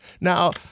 Now